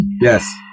Yes